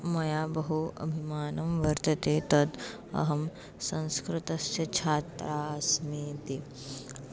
मया बहु अभिमानं वर्तते तत् अहं संस्कृतस्य छात्रा अस्मीति